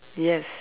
yes